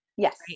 Yes